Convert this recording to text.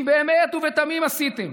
אם באמת ובתמים עשיתם